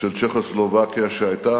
של צ'כוסלובקיה, שהיתה